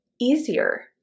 easier